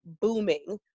booming